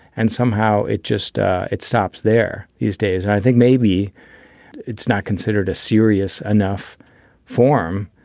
and somehow it just it stops there these days. and i think maybe it's not considered a serious enough form.